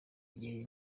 igihe